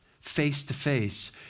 face-to-face